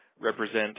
represent